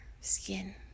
skin